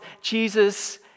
Jesus